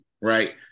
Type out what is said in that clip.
right